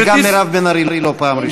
וגם מירב בן ארי לא פעם ראשונה פה.